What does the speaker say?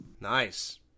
Nice